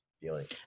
feeling